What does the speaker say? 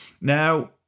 now